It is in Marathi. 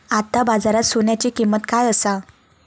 आता बाजारात सोन्याची किंमत काय असा?